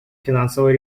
финансового